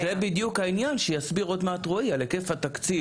אז זה בדיוק העניין שיסביר עוד מעט רועי על היקף התקציב